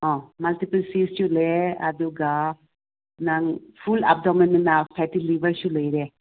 ꯑꯥ multiple ꯁꯤꯁꯁꯨ ꯂꯩꯌꯦ ꯑꯗꯨꯒ ꯅꯪ ꯐꯨꯜ ꯑꯦꯞꯗꯣꯃꯦꯟꯗꯅ ꯐꯦꯠꯇꯤ ꯂꯤꯕꯔꯁꯨ ꯂꯩꯔꯦ